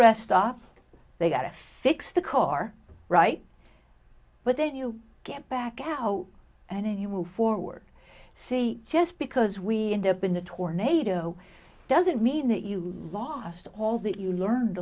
rest stop they gotta fix the car right but then you get back out and you move forward see just because we end up in a tornado doesn't mean that you lost all that you learned